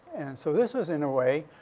so this was, in a way,